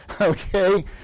Okay